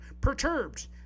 Perturbed